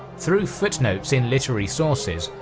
through footnotes in literary sources,